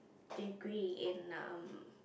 degree in um